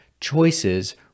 choices